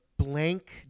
blank